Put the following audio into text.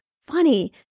funny